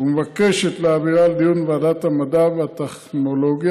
ומבקשת להעבירה לדיון בוועדת המדע והטכנולוגיה,